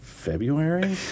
February